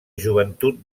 joventut